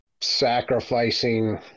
sacrificing